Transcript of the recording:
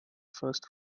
first